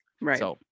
Right